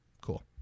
Cool